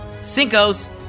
Cinco's